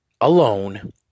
alone